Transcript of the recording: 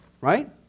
right